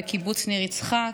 בקיבוץ ניר יצחק,